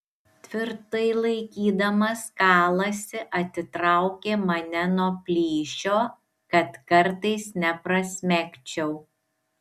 tvirtai laikydamas kalasi atitraukė mane nuo plyšio kad kartais neprasmegčiau